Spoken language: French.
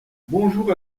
bonjour